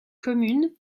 commune